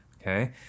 okay